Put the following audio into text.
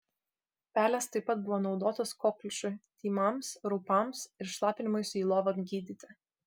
pelės taip pat buvo naudotos kokliušui tymams raupams ir šlapinimuisi į lovą gydyti